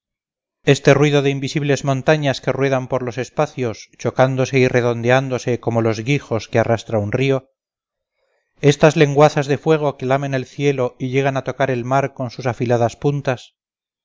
este ruido de invisibles montañas que ruedan por los espacios chocándose y redondeándose como los guijos que arrastra un río estas lenguazas de fuego que lamen el cielo y llegan a tocar el mar con sus afiladas puntas